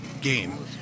game